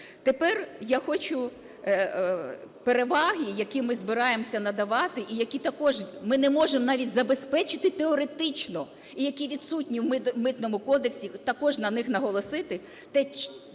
Тепер я хочу переваги, які ми збираємося надавати, і які також ми не можемо навіть забезпечити теоретично, і які відсутні в Митному кодексі, також на них наголосити, це саме